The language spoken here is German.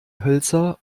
hölzer